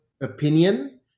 opinion